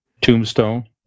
Tombstone